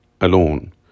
alone